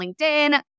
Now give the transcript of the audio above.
LinkedIn